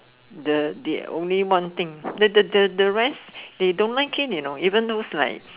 the only one thing the the the rice they don't like it you know even though is like